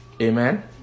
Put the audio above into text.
Amen